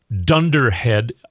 dunderhead